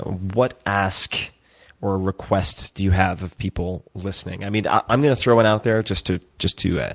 what ask or request do you have of people listening? i mean, i'm going to throw it out there just to just to ah